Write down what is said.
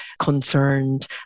concerned